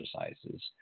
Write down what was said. exercises